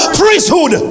priesthood